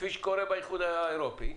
כפי שקורה באיחוד האירופי,